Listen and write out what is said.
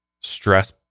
stress